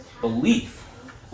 belief